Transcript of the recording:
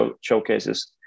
showcases